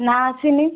ନା ଆସିନି